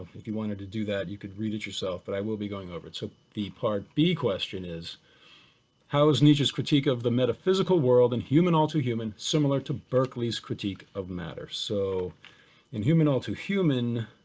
if you wanted to do that, you could read it yourself, but i will be going over it. so the part b question is how is nietzsche's critique of the metaphysical world in and human all too human, similar to berkley's critique of matter, so in human all too human,